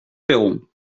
perron